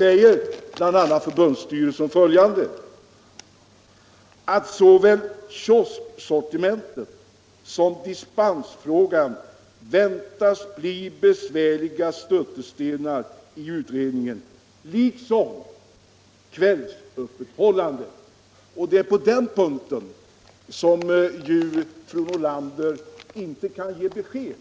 Om detta säger förbundsstyrelsen enligt tidningen bl.a. ”att såväl kiosksortimentet som dispensfrågan väntas bli besvärliga stötestenar i utredningen, liksom kvällsöppethållande”. Men på den sista punkten kan fru Nordlander inte ge besked.